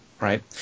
Right